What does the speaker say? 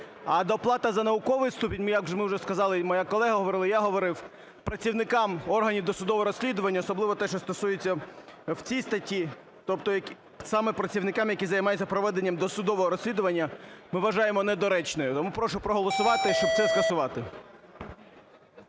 А доплата за науковий ступінь, як ми вже сказали, і моя колега говорила, і я говорив, працівникам органів досудового розслідування, особливо те, що стосується в цій статті, тобто саме працівникам, які займаються проведенням досудового розслідування, ми вважаємо недоречною. Тому прошу проголосувати, щоб це скасувати.